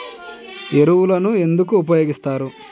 ఎరువులను ఎందుకు ఉపయోగిస్తారు?